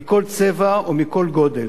מכל צבע ובכל גודל.